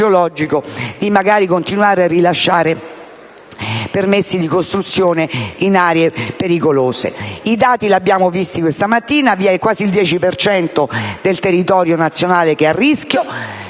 di continuare a rilasciare permessi per costruire in aree pericolose. I dati li abbiamo visti questa mattina: vi è quasi il 10 per cento del territorio nazionale che è a rischio.